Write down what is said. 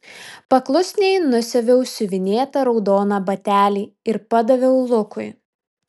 paklusniai nusiaviau siuvinėtą raudoną batelį ir padaviau lukui